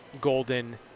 Golden